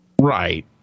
Right